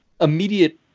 immediate